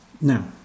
now